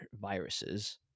viruses